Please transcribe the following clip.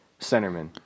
Centerman